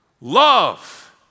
Love